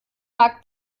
mag